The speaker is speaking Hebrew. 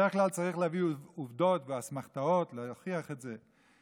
בדרך כלל צריך להביא עובדות ואסמכתאות להוכיח את זה,